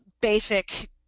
basic